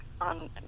on